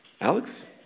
Alex